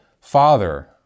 father